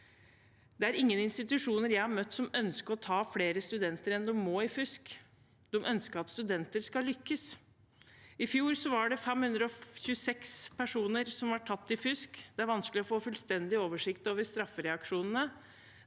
høyskoleloven) 2307 tusjoner jeg har møtt, som ønsker å ta flere studenter i fusk enn de må – de ønsker at studenter skal lykkes. I fjor var det 526 personer som ble tatt i fusk. Det er vanskelig å få fullstendig oversikt over straffereaksjonene.